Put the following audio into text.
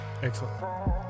excellent